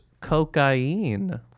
Cocaine